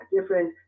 different